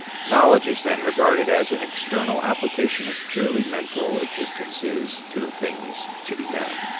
knowledge is then regarded as an external application of purely mental existences to the things to be known,